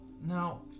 Now